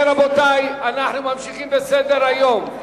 רבותי, אנחנו ממשיכים בסדר-היום: